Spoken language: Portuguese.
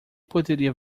poderia